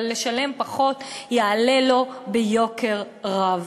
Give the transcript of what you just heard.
אבל לשלם פחות יעלה לו ביוקר רב,